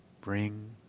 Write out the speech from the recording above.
Bring